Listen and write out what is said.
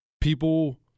People